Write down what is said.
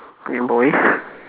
yeah boy